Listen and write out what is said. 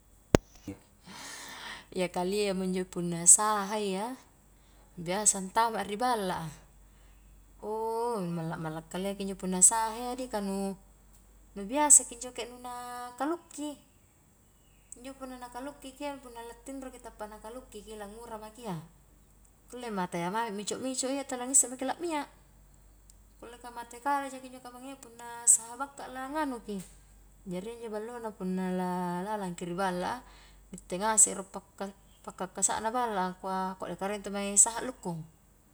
iya kalia mo injo punna sahayya, biasa antama ri balla a, malla-malla kalia ki injo punna sahayya di kanu nu biasaki njoke nu na kalukki, injo punna nakalukki ki iya punna lattinroki tappa nakulukki langura maki iya, kulle matayya mami mico'-mico' iya tala nisse maki la'mia', kullle ka mate kali jakinjo kapan iiya punna saha bakka langanu ki, jari iya injo ballona punna la lalang ki riballa a, nitte ngase rolo pakka pakkakasa'na balla a angkua koddeka rie intu mae saha a'lukkung.